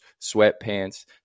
sweatpants